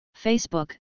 Facebook